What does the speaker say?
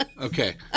Okay